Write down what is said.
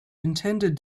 intended